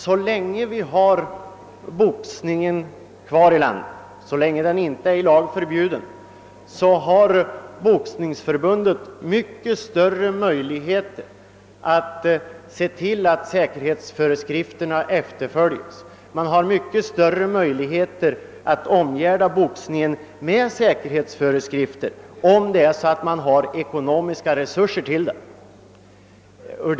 Så länge boxningen inte är i lag förbjuden har Boxningsförbundet mycket större möjligheter att omgärda boxningen med säkerhetsföreskrifter och att se till att dessa föreskrifter följs, om man har erforderliga ekonomiska resurser härför.